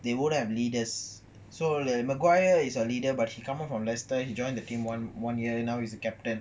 they won't have leaders so maguire is a leader but he come from leicester he joined the team one one year you now he is a captain